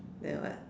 then what